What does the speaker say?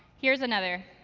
here's another.